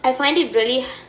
I find it really